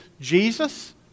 Jesus